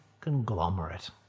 conglomerate